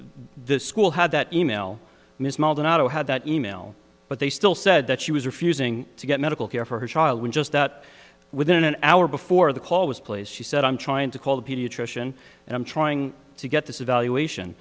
the school had that e mail miss maldonado had that e mail but they still said that she was refusing to get medical care for her child when just that within an hour before the call was placed she said i'm trying to call the pediatrician and i'm trying to get this evalu